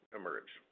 emerge